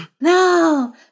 no